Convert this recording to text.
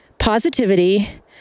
positivity